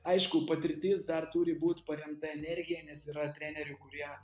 aišku patirtis dar turi būt paremta energija nes yra trenerių kurie